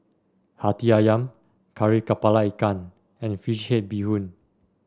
Hati ayam Kari kepala Ikan and fish head Bee Hoon